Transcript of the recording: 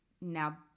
now